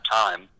time